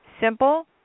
simple